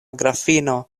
grafino